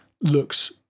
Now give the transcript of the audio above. looks